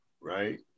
right